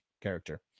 character